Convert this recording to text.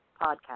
podcast